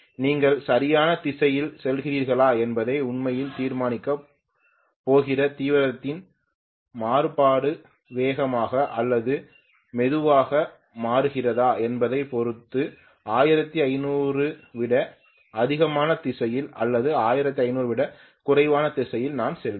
நீங்கள் சரியான திசையில் செல்கிறீர்களா என்பதை உண்மையில் தீர்மானிக்கப் போகிற தீவிரத்தின் மாறுபாடு வேகமாக அல்லது மெதுவாக மாறுகிறதா என்பதைப் பொறுத்து 1500 விட அதிகமான திசையில் அல்லது 1500 விட குறைவான திசையில் நான் செல்வேன்